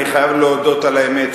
אני חייב להודות על האמת,